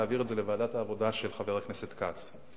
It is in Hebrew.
להעביר את זה לוועדת העבודה של חבר הכנסת כץ.